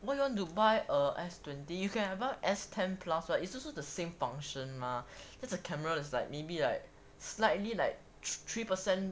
why you want to buy a S twenty you can buy a S ten plus [what] it's also the same function mah then the camera is like maybe like slightly like three percent